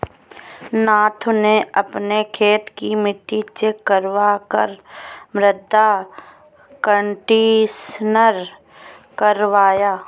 नथु ने अपने खेत की मिट्टी चेक करवा कर मृदा कंडीशनर करवाया